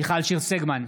מיכל שיר סגמן,